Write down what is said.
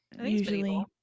Usually